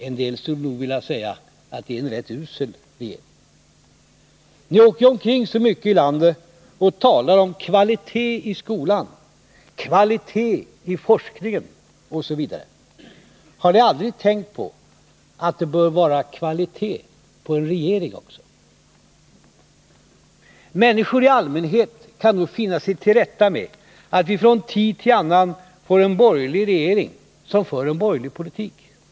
En del skulle nog vilja säga att det är en rätt usel regering. Ni åker ju omkring så mycket och talar om kvalitet i skolan, kvalitet i forskningen, osv. Har ni aldrig tänkt på att det bör vara kvalitet på en regering också? Människor i allmänhet kan nog finna sig till rätta med att vi från tid till annan får en borgerlig regering som för en borgerlig politik.